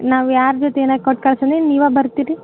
ನಾವು ಯಾರ ಜೊತೆ ಏನು ಕೊಟ್ಟು ಕಳ್ಸನೇನು ನೀವೇ ಬರ್ತೀರಾ ರೀ